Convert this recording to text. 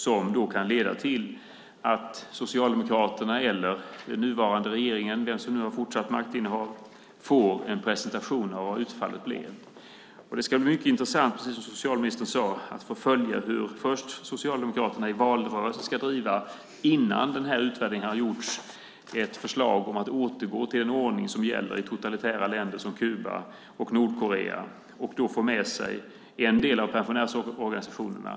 Den kan sedan leda till att Socialdemokraterna eller den nuvarande regeringen, det vill säga den som har fortsatt maktinnehav, får en presentation av vad utfallet blev. Det ska, precis som socialministern sade, bli mycket intressant att få följa först hur Socialdemokraterna, innan den här utvärderingen har gjorts, i valrörelsen ska driva ett förslag om att återgå till en ordning som gäller i totalitära länder som Kuba och Nordkorea och då få med sig en del av pensionärsorganisationerna.